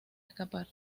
escapar